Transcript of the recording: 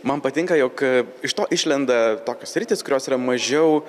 man patinka jog iš to išlenda tokios sritys kurios yra mažiau